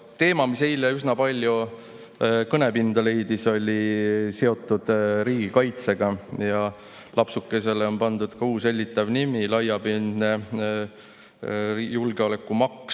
Teema, mis eile üsna palju kõnepinda leidis, on seotud riigikaitsega. Lapsukesele on pandud ka uus hellitav nimi "laiapindne julgeolekumaks",